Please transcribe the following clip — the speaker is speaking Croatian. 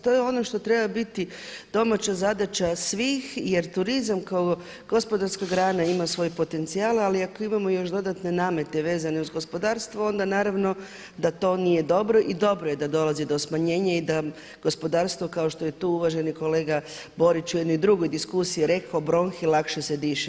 To je ono što treba biti domaća zadaća svih jer turizam kao gospodarska grana ima svoj potencijal ali ako imamo još dodatne namete vezane uz gospodarstvo onda naravno da to nije dobro i dobro je da dolazi do smanjenja i da gospodarstvo kao što je tu uvaženi kolega Borić u jednoj drugoj diskusiji rekao bronhi lakše se diše.